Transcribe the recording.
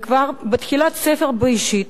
וכבר בתחילת ספר בראשית,